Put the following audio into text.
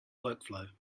workflow